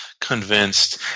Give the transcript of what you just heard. convinced